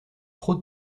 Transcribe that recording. trop